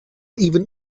even